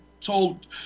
told